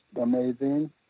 amazing